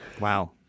Wow